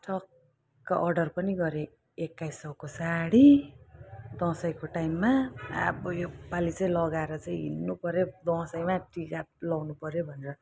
टक्क अर्डर पनि गरेँ एक्काइस सौको साडी दसैँको टाइममा अब यो पालि चाहिँ लगाएर चाहिँ हिँड्नु पऱ्यो दसैँमा टिका लगाउनु पऱ्यो भनेर